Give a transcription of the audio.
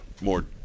more